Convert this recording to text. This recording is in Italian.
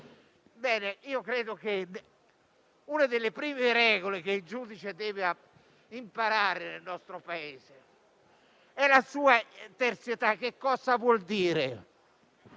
principi. Credo che una delle prime regole che il giudice deve imparare nel nostro Paese sia la sua terzietà. Che cosa vuol dire?